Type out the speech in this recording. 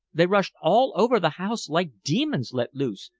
they rushed all over the house like demons let loose,